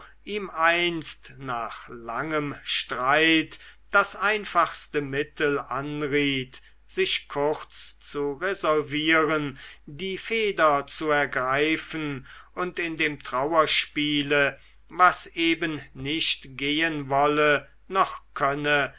ihm einst nach langem streit das einfache mittel anriet sich kurz zu resolvieren die feder zu ergreifen und in dem trauerspiele was eben nicht gehen wolle noch könne